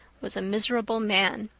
was a miserable man.